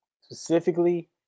specifically